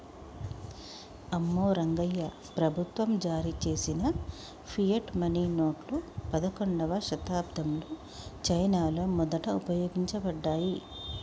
అమ్మో రంగాయ్యా, ప్రభుత్వం జారీ చేసిన ఫియట్ మనీ నోట్లు పదకండవ శతాబ్దంలో చైనాలో మొదట ఉపయోగించబడ్డాయి